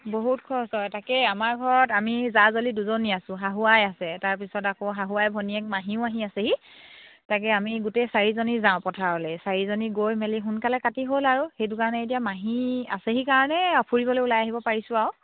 বহুত খৰচ হয় তাকে আমাৰ ঘৰত আমি জা জোৱলী দুজনী আছোঁ শাহু আই আছে তাৰপিছত আকৌ শাহু আই ভনীয়েক মাহীও আহি আছেহি তাকে আমি গোটেই চাৰিজনী যাওঁ পথাৰলৈ চাৰিজনী গৈ মেলি সোনকালে কাটি হ'ল আৰু সেইটো কাৰণে এতিয়া মাহী আছেহি কাৰণে ফুৰিবলৈ ওলাই আহিব পাৰিছোঁ আৰু